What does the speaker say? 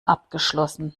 abgeschlossen